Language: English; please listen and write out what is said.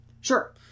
Sure